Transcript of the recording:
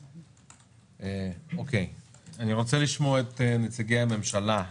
אני רוצה לשמוע את נציגי הממשלה,